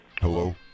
Hello